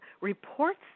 reports